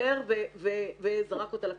התאכזר וזרק אותה לכלבים.